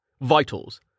Vitals